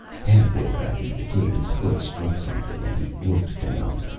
halfway back into the cave, his foot struck something and he looked down.